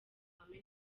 amahame